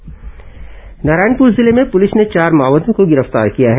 माओवादी समाचार नारायणपुर जिले में पुलिस ने चार माओवादियों को गिरफ्तार किया है